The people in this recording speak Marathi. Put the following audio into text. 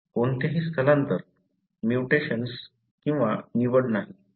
कोणतेही स्थलांतर म्यूटेशन किंवा निवड नाही